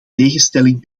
tegenstelling